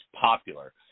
popular